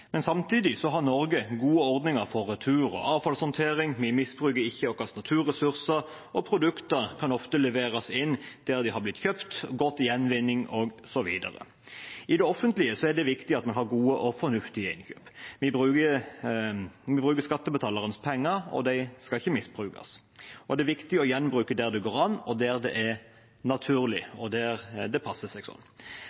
Samtidig har Norge gode ordninger for retur og avfallshåndtering. Vi misbruker ikke våre naturressurser, og produkter kan ofte leveres inn der de er kjøpt, gå til gjenvinning, osv. I det offentlige er det viktig at vi har gode og fornuftige ordninger. Vi bruker skattebetalernes penger, og de skal ikke misbrukes. Det er viktig å gjenbruke der det går an, der det er naturlig, og der det passer seg sånn. Ellers er